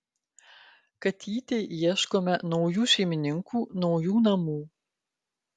katytei ieškome naujų šeimininkų naujų namų